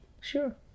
Sure